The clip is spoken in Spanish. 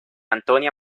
antonia